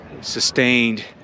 sustained